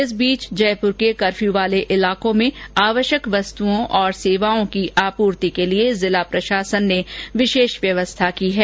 इस बीच जयपुर के कफ्यू इलाकों में आवश्यक वस्तुओं और सेवाओं की पूर्ति के लिए जिला प्रशासन ने विशेष व्यवस्था की है